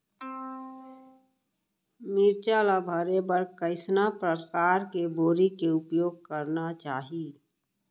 मिरचा ला भरे बर कइसना परकार के बोरी के उपयोग करना चाही?